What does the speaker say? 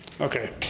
Okay